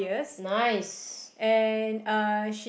nice